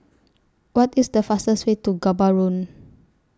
What IS The fastest Way to Gaborone